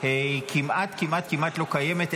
כמעט כמעט לא קיימת,